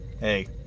Hey